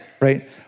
right